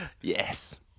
yes